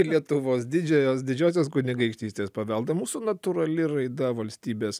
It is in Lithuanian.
ir lietuvos didžiąją didžiosios kunigaikštystės paveldą mūsų natūrali raida valstybės